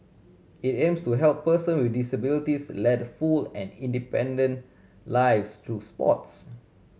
it aims to help person with disabilities lead full and independent lives through sports